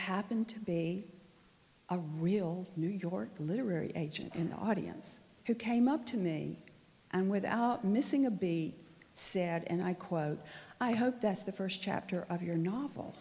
happened to be a real new york literary agent in the audience who came up to me and without missing a b said and i quote i hope that's the first chapter of your novel